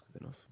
enough